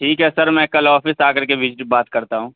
ٹھیک ہے سر میں کل آفس آکر کے وزٹ بات کرتا ہوں